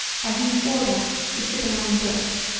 by whose order the sibylline books,